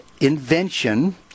invention